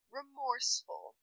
remorseful